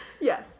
Yes